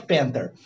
Panther